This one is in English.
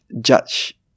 Judge